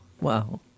wow